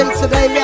today